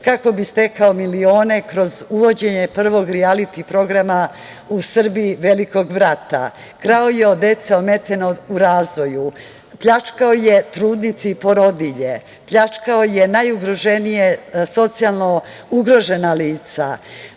kako bi stekao milione kroz uvođenje prvog rijaliti programa u Srbiji „Velikog brata“.Krao je od dece ometene u razvoju, pljačkao je trudnici porodilje, pljačkao je najugroženije socijalno ugrožena lica,